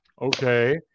okay